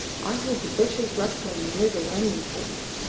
i heard the bushes rustling near the landing-place.